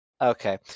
Okay